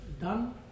done